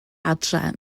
adre